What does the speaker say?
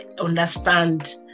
understand